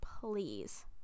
please